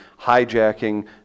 hijacking